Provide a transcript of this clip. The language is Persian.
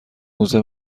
موزه